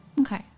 Okay